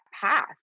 path